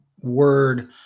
word